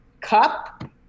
cup